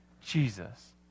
Jesus